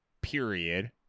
period